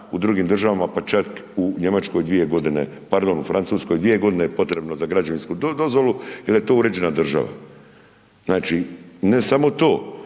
u drugim državama, pa čak u Njemačkoj 2 godine. Pardon u Francuskoj, 2 godine je potrebno za građevinsku dozvolu jer je to uređena država. Znači, ne samo to